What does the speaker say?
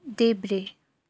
देब्रे